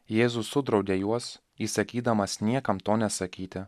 jėzus sudraudė juos įsakydamas niekam to nesakyti